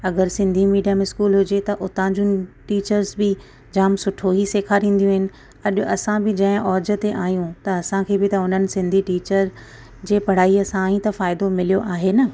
अगरि Sindhi medium school हुजे त उता जूं टीचर्स बि जाम सुठो ई सेखारींदियूं इन अॾु असां बि जंहिं ओॼ ते आहियूं त असांखे बि त हुननि सिंधी टीचर जे पढ़ाई सां ई त फ़ाइदो मिलियो आहे न